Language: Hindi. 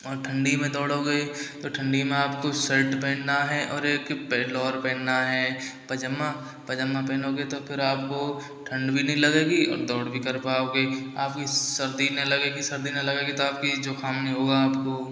और ठंडी में दौड़ोगे तो ठंडी में आप तो शर्ट पहनना है और एक पै लोअर पहनना है पजम्मा पजम्मा पहनोगे तो फिर आपको ठंड भी नही लगेगी और दौड़ भी कर पाओगे आपकी सर्दी न लगेगी सर्दी न लगेगी तो आपकी जुकाम नहीं होगा आपको